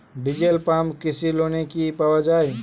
Diesel pump কৃষি লোনে কি পাওয়া য়ায়?